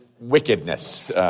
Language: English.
wickedness